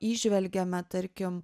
įžvelgiame tarkim